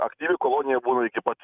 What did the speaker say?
aktyvi kolonija būna iki pat